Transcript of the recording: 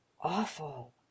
Awful